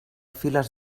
files